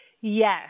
Yes